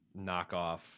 knockoff